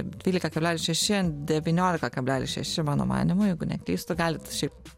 dvylika kablelis šeši ant devyniolika kablelis šeši mano manymu jeigu neklystu galit šiaip